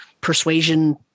persuasion